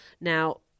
Now